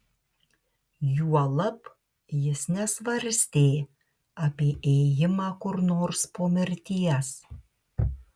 juolab jis nesvarstė apie ėjimą kur nors po mirties